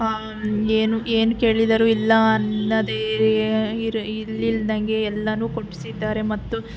ಏನು ಏನು ಕೇಳಿದರೂ ಇಲ್ಲ ಅನ್ನದೇ ಇರ್ ಇಲ್ದಂಗೆ ಎಲ್ಲನೂ ಕೊಡಿಸಿದ್ದಾರೆ ಮತ್ತು